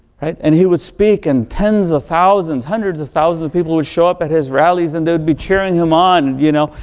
right? and he would speak and tens of thousands, hundreds of thousands of people would show up at his rallies and they would be cheering him on, and, you know,